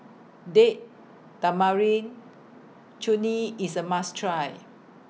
Date Tamarind Chutney IS A must Try